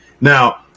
Now